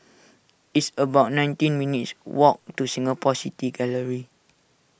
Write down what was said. it's about nineteen minutes' walk to Singapore City Gallery